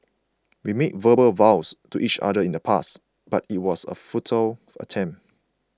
we made verbal vows to each other in the past but it was a futile attempt